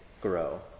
grow